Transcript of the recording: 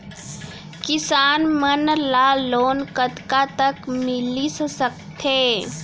किसान मन ला लोन कतका तक मिलिस सकथे?